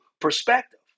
perspective